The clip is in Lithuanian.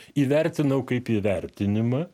įvertinau kaip įvertinimą